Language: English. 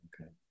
Okay